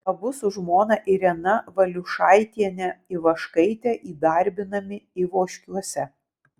abu su žmona irena valiušaitiene ivaškaite įdarbinami ivoškiuose